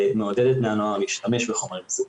זה מעודד את בני הנוער להשתמש בחומרים מסוכנים,